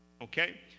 Okay